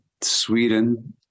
Sweden